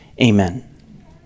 Amen